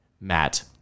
Matt